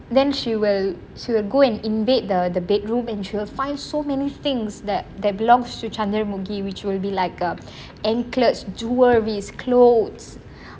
then she will she will go and invade the the bedroom and she will find so many things that that belongs to Chandramukhi which will be like err anklets jewelleries clothes